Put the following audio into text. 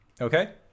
Okay